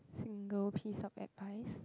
single piece of advice